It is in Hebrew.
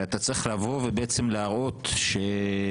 ואתה צריך לבוא ולהראות ש...